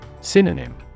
Synonym